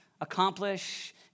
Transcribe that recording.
accomplish